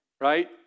Right